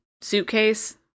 suitcase